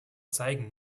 zeigen